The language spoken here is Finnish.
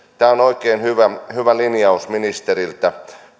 tämä on oikein hyvä hyvä linjaus ministeriltä